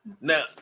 Now